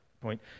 point